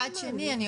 מצד שני,